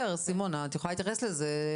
סימונה, את יכולה להתייחס לזה.